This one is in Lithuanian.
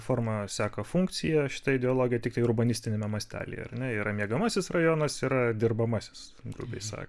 forma seka funkciją šita ideologija tiktai urbanistiniame mastelyje ar ne yra miegamasis rajonas yra dirbamasis grubiai sakant